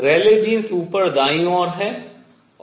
रेले jeans ऊपर दाईं और है